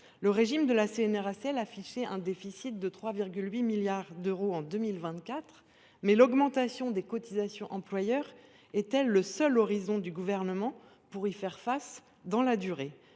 le régime de la CNRACL affichait un déficit de 3,8 milliards d’euros en 2024, mais l’augmentation des cotisations employeur est elle, pour le Gouvernement, le seul moyen d’y faire face dans la durée